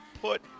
put